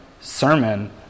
sermon